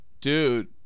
Dude